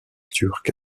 turc